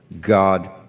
God